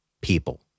People